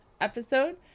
episode